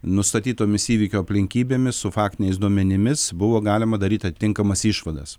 nustatytomis įvykio aplinkybėmis su faktiniais duomenimis buvo galima daryt atitinkamas išvadas